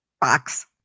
box